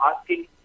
asking